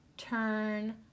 turn